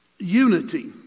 unity